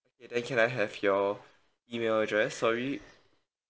then I have your email address sorry